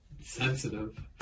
Sensitive